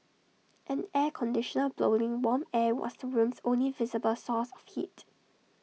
an air conditioner blowing warm air was the room's only visible source of heat